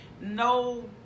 No